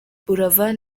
buravan